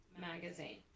magazine